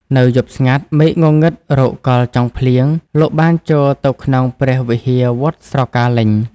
នៅយប់ស្ងាត់ មេឃងងឹតរកកល់ចង់ភ្លៀង លោកបានចូលទៅក្នុងព្រះវិហារវត្តស្រកាលេញ។